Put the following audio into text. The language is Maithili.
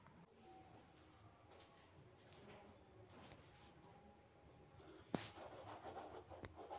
अल्पाका स्तनधारी प्रजाति छियै, जे ऊंच पहाड़ी इलाका मे रहै छै